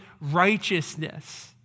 righteousness